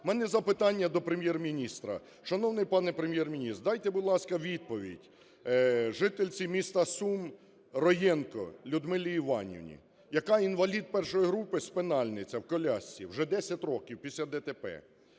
У мене запитання до Прем’єр-міністра. Шановний пане Прем’єр-міністр, дайте, будь ласка, відповідь жительці міста Сум Роєнко Людмилі Іванівні, яка інвалід І групи – спинальниця, в колясці вже десять років після ДТП.